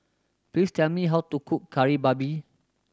please tell me how to cook Kari Babi